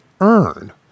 earn